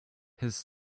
his